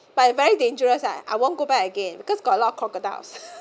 but very dangerous ah I won't go back again cause got a lot of crocodiles